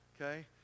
Okay